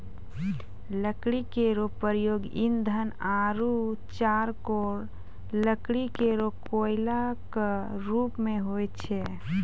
लकड़ी केरो प्रयोग ईंधन आरु चारकोल लकड़ी केरो कोयला क रुप मे होय छै